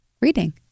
Reading